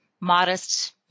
modest